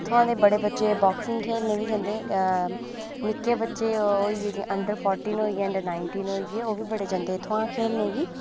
इत्थुआं दे बड़े बच्चे बाक्सिंग खेढने ई बी जंदे निक्के बच्चे होई गे जि'यां अंडर फोर्टीन होई गे अंडर नाइंटीन होई गे ओह् बी बड़े जंदे इत्थुआं खेढने गी